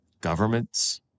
governments